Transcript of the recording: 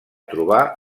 trobar